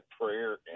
prayer